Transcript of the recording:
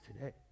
today